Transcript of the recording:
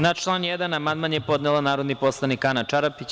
Na član 1. amandman je podnela narodni poslanik Ana Čarapić.